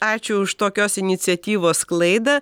ačiū už tokios iniciatyvos sklaidą